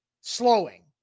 slowing